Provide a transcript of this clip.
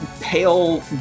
pale